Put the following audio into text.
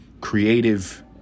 creative